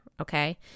okay